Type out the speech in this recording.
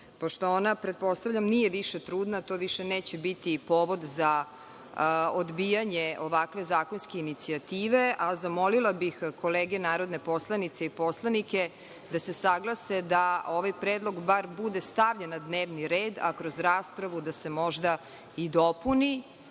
Pošto ona, pretpostavljam, nije više trudna, to više neće biti povod za odbijanje ovakve zakonske inicijative. Zamolila bih kolege narodne poslanice i poslanike da se saglase da ovaj predlog bar bude stavljen na dnevni red, a kroz raspravu da se možda i dopuni